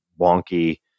wonky